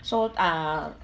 so ah